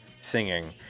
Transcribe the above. singing